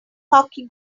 hockey